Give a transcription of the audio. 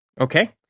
Okay